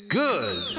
good